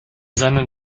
seinen